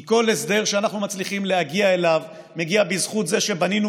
כי כל הסדר שאנחנו מצליחים להגיע אליו מגיע בזכות זה שבנינו